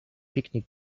picnic